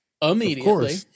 immediately